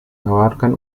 abarcan